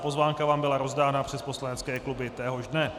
Pozvánka vám byla rozdána přes poslanecké kluby téhož dne.